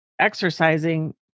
exercising